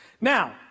Now